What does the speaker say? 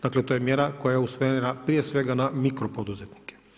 Dakle, to je mjera koja je usmjerena prije svega na mikropoduzetnike.